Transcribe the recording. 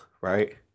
right